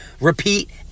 repeat